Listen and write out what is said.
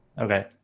Okay